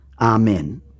Amen